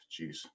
Jeez